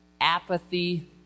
apathy